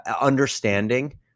understanding